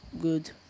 good